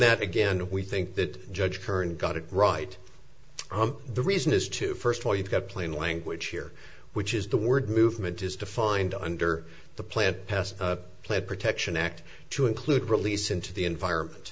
that again we think that judge current got it right the reason is to first of all you've got plain language here which is the word movement is defined under the plant has pled protection act to include release into the environment